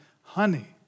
honey